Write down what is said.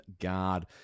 guard